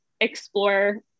explore